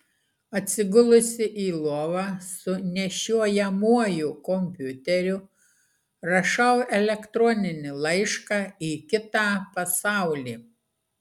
atsigulusi į lovą su nešiojamuoju kompiuteriu rašau elektroninį laišką į kitą pasaulį